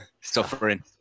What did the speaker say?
Suffering